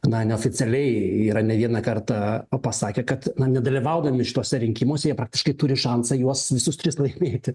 na neoficialiai yra ne vieną kartą pasakę kad nedalyvaudami šituose rinkimuose jie praktiškai turi šansą juos visus tris laimėti